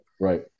Right